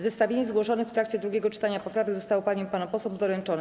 Zestawienie zgłoszonych w trakcie drugiego czytania poprawek zostało paniom i panom posłom doręczone.